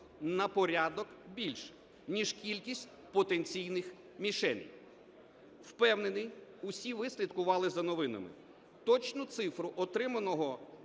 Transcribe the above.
на порядок більше ніж кількість потенційних мішеней. Впевнений, всі ви слідкували за новинами. Точну цифру отриманого